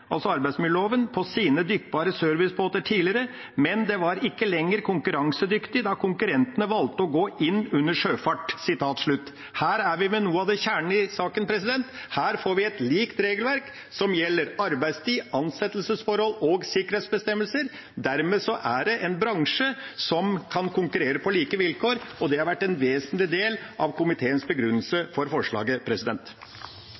altså arbeidsmiljøloven – på sine dykkbare servicebåter tidligere, men det var ikke lenger konkurransedyktig da konkurrentene valgte å gå inn under sjøfart. Her er vi ved noe av kjernen i saken. Her får vi et likt regelverk som gjelder arbeidstid, ansettelsesforhold og sikkerhetsbestemmelser. Dermed er det en bransje som kan konkurrere på like vilkår, og det har vært en vesentlig del av komiteens